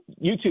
YouTube